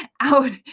out